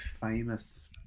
famous